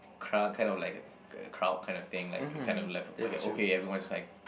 crowd kind of like a a crowd kind of thing like you kind of left okay everyone is trying